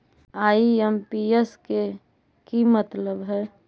IMPS के कि मतलब है?